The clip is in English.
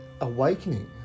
awakening